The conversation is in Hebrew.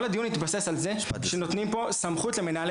כל הדיון התבסס על זה שנותנים פה סמכות למנהלי